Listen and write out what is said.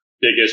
biggest